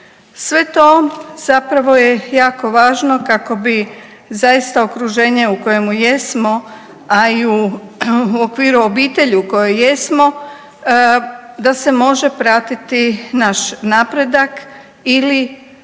Sve to zapravo je jako važno kako bi zaista okruženje u kojemu jesmo, a i u okviru obitelji u kojoj jesmo da se može pratiti naš napredak ili